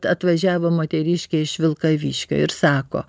atvažiavo moteriškė iš vilkaviškio ir sako